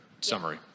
summary